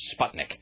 Sputnik